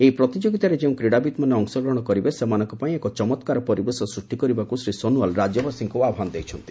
ଏହି ପ୍ରତିଯୋଗୀତାରେ ଯେଉଁ କ୍ରୀଡ଼ାବିତ୍ମାନେ ଅଂଶଗ୍ରହଣ କରିବେ ସେମାନଙ୍କ ପାଇଁ ଏକ ଚମକ୍କାର ପରିବେଶ ସୃଷ୍ଟି କରିବାକୁ ଶ୍ରୀ ସୋନୱାଲ ରାଜ୍ୟବାସୀଙ୍କ ଆହ୍ବାନ କରିଛନ୍ତି